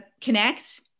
connect